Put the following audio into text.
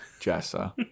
Jessa